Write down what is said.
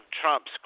Trump's